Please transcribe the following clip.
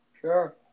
Sure